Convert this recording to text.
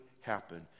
happen